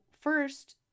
first